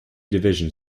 division